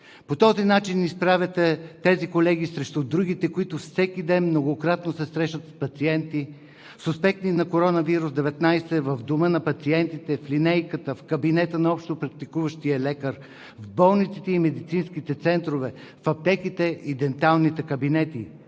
По този начин изправяте тези колеги срещу другите, които всеки ден многократно се срещат с пациенти, суспектни на Коронавирус-19 в дома на пациентите, в линейката, в кабинета на общопрактикуващия лекар, в болниците и медицинските центрове, в аптеките и денталните кабинети,